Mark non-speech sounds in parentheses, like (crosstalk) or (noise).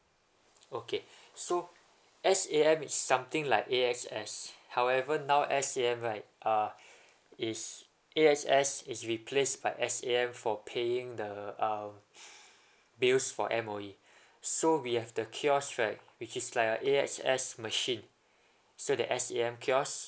okay so S_A_M is something like A_X_S however now S_A_M right uh is A_X_S is replaced by S_A_M for paying the um (breath) bills for M_O_E so we have the kiosk right which is like a A_X_S machine so that S_A_M kiosk